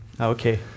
Okay